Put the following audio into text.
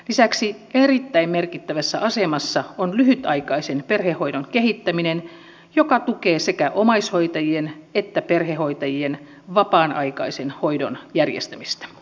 lisäksi erittäin merkittävässä asemassa on lyhytaikaisen perhehoidon kehittäminen joka tukee sekä omaishoitajien että perhehoitajien vapaan aikaisen hoidon järjestämistä